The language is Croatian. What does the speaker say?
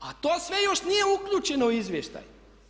A to sve još nije uključeno u izvještaj.